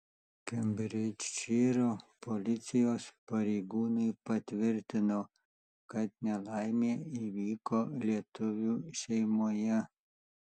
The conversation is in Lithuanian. kembridžšyro policijos pareigūnai patvirtino kad nelaimė įvyko lietuvių šeimoje